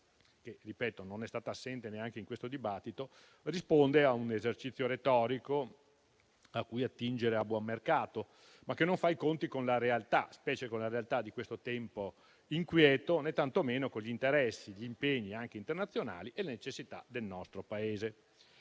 ribadisco - non è stata assente neanche in questo dibattito, risponde a un esercizio retorico cui attingere a buon mercato, ma che non fa i conti né con la realtà, specie in questo tempo inquieto, né tantomeno con gli interessi, gli impegni anche internazionali e le necessità del nostro Paese.